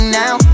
now